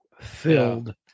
filled